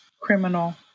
criminal